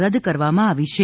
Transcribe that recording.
રદ કરવામાં આવી છે